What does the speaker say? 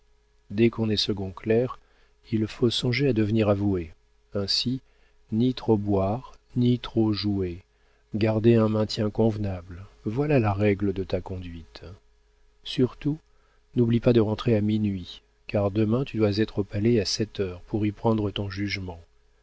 dès qu'on est second clerc il faut songer à devenir avoué ainsi ni trop boire ni trop jouer garder un maintien convenable voilà la règle de ta conduite surtout n'oublie pas de rentrer à minuit car demain tu dois être au palais à sept heures pour y prendre ton jugement